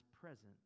present